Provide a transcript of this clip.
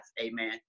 Amen